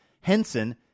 Henson